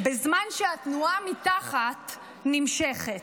בזמן שהתנועה מתחת נמשכת.